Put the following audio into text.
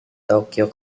tokyo